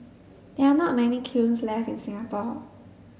there are not many kilns left in Singapore